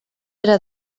era